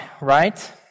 right